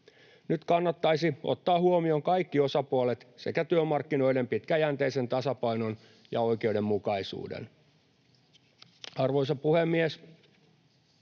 Nyt kannattaisi ottaa huomioon kaikki osapuolet sekä työmarkkinoiden pitkäjänteinen tasapaino ja oikeudenmukaisuus. Arvoisa puhemies!